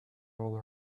all